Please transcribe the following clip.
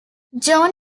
john